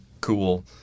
cool